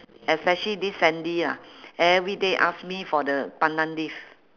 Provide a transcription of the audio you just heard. especially this sandy ah everyday ask me for the pandan leaf